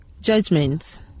Judgments